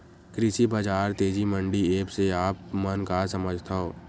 कृषि बजार तेजी मंडी एप्प से आप मन का समझथव?